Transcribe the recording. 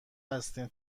هستیم